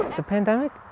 the pandemic,